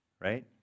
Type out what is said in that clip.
right